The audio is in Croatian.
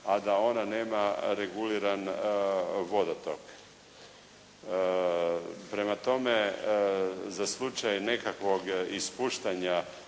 a da ona nema reguliran vodotok. Prema tome, za slučaj nekakvog ispuštanja